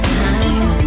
time